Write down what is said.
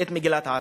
את מגילת העצמאות.